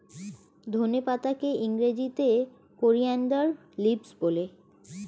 ধনে পাতাকে ইংরেজিতে কোরিয়ানদার লিভস বলে